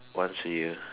once a year